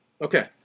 Okay